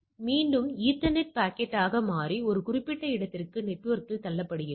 எனவே இது மீண்டும் ஈத்தர்நெட் பாக்கெட்டாக மாறி ஒரு குறிப்பிட்ட இடத்திற்கு நெட்வொர்க்கில் தள்ளப்படுகிறது